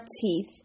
teeth